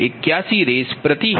3352 69481Rshr